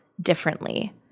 differently